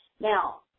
Now